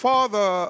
Father